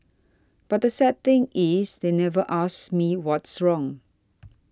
but the sad thing is they never asked me what's wrong